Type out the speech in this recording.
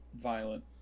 violent